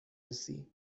رسی